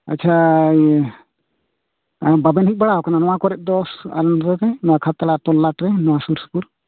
ᱟᱪᱪᱷᱟ ᱤᱭᱟᱹ ᱮᱸ ᱵᱟᱵᱮᱱ ᱦᱮᱡ ᱵᱟᱲᱟ ᱟᱠᱟᱱᱟ ᱱᱚᱣᱟ ᱠᱚᱨᱮᱫ ᱫᱚ ᱟᱸᱫᱷᱟ ᱛᱮ ᱱᱚᱣᱟ ᱠᱷᱟᱛᱲᱟ ᱛᱚᱞᱟᱴ ᱨᱮ ᱱᱚᱣᱟ ᱥᱩᱨ ᱥᱩᱯᱩᱨ